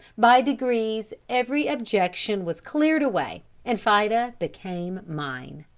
by degrees, every objection was cleared away, and fida became mine.